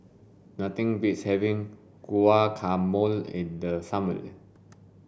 nothing beats having Guacamole in the summer